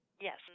Yes